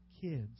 kids